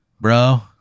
bro